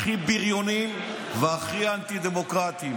הכי בריונים והכי אנטי-דמוקרטיים.